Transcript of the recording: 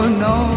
no